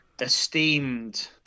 esteemed